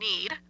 need